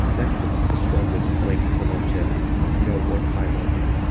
that's the strongest link to longevity you know on high levels.